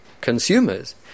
consumers